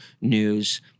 news